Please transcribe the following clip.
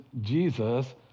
Jesus